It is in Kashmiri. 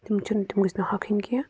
تِم چھِنہٕ تِم گَژھَن نہٕ ہۅکھٕنۍ کیٚنٛہہ